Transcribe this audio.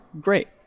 Great